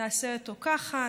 נעשה אותו ככה,